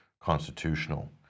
constitutional